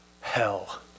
hell